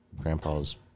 grandpa's